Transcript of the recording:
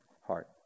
heart